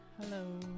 Hello